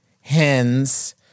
hens